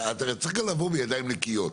אתה צריך גם לבוא בידיים נקיות.